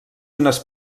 unes